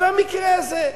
במקרה הזה.